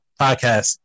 podcast